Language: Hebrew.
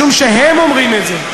משום שהם אומרים את זה.